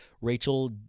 Rachel